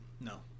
no